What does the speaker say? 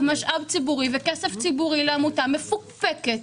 משאב ציבורי וכסף ציבורי לעמותה מפוקפקת.